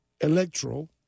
electoral